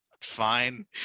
fine